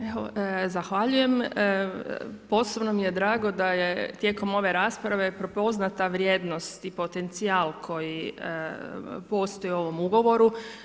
Evo, zahvaljujem, posebno mi je drago, da je tijekom ove rasprave prepoznata vrijednost i potencijal koji postoji u ovom ugovoru.